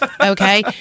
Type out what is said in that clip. Okay